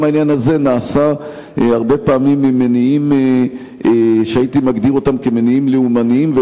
גם העניין הזה נעשה הרבה פעמים ממניעים שהייתי מגדיר מניעים לאומניים,